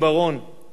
אינו נמצא,